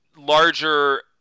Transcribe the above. larger